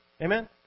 Amen